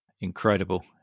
Incredible